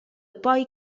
poi